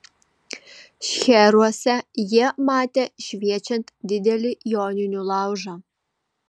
šcheruose jie matė šviečiant didelį joninių laužą